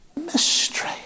Mystery